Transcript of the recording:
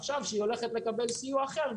עכשיו כשהיא הולכת לקבל סיוע אחר,